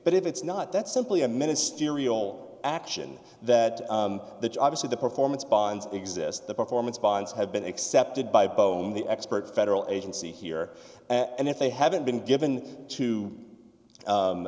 but if it's not that's simply a ministerial action that the obviously the performance bonds exist the performance bonds have been accepted by bone the expert federal agency here and if they haven't been given to